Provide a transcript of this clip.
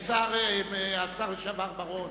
לשר לשעבר בר-און,